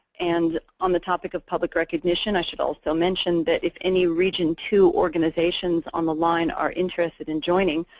and on the topic of public recognition, i should also mention that if any region two organizations on the line are interested in joining,